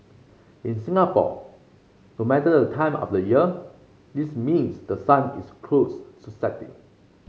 in Singapore no matter the time of the year this means the sun is close to setting